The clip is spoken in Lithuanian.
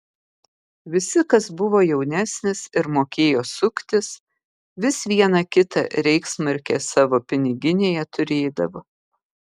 visi kas buvo jaunesnis ir mokėjo suktis vis vieną kitą reichsmarkę savo piniginėje turėdavo